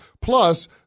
Plus